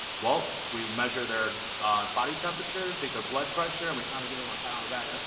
well, we measure their body temperature, take their blood pressure and we kind of give him a pat on the back.